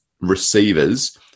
receivers